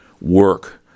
work